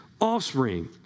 offspring